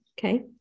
Okay